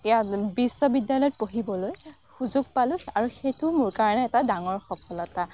ইয়াত বিশ্ববিদ্যালয়ত পঢ়িবলৈ সুযোগ পালোঁ আৰু সেইটো মোৰ কাৰণে এটা ডাঙৰ সফলতা